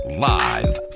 Live